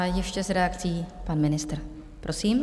Ještě s reakcí pan ministr, prosím.